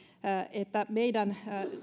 että meidän